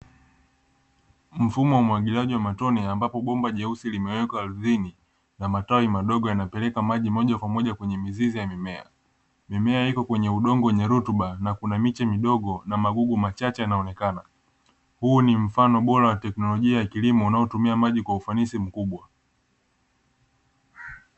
Mfumo wa umwagiliaji wa matone ambapo bomba jeusi limewekwa ardhini na matundu madogo yanapeleka maji moja kwa moja kwenye mizizi ya mimea, mimea iko kwenye udongo wenye rutuba na kuna miche midogo na magugu machache yanaonekana, huu ni mfano bora na teknolojia ya kilimo unayotumia maji kwa ufanisi mkubwa.